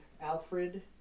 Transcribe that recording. Alfred